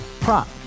prop